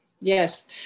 yes